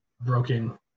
broken